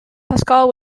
pascal